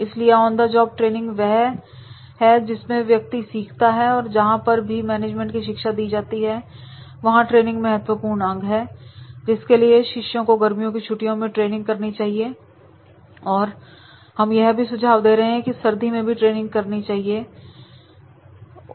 इसलिए on the job training वह है जिसमें व्यक्ति सीखता है और जहां पर भी मैनेजमेंट की शिक्षा दी जाती है वहां ट्रेनिंग महत्वपूर्ण अंग है जिसके लिए शिष्य को गर्मियों की छुट्टियों में ट्रेनिंग करनी चाहिए और अब हम यह सुझाव भी दे रहे हैं कि सर्दी में भी ट्रेनिंग शिक्षकों द्वारा की जानी चाहिए